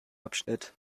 abschnitt